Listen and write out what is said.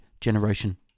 generation